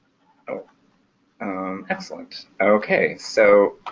ah excellent. okay so